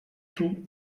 tout